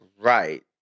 Right